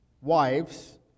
wives